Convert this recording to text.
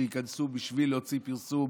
ייכנסו בשביל להוציא פרסום